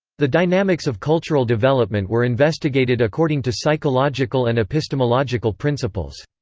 the dynamics of cultural development were investigated according to psychological and epistemological principles.